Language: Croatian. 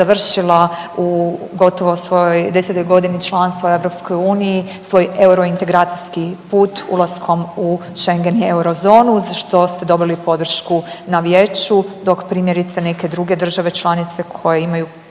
u gotovo svojoj 10.g. članstva u EU svoj eurointegracijski put ulaskom u Schengen i eurozonu, što ste dobili podršku na vijeću dok primjerice neke druge države članice koje imaju